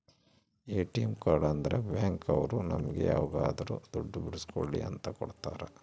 ATM card ಅಂದ್ರ bank ಅವ್ರು ನಮ್ಗೆ ಯಾವಾಗದ್ರು ದುಡ್ಡು ಬಿಡ್ಸ್ಕೊಳಿ ಅಂತ ಕೊಡ್ತಾರ